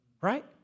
Right